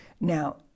Now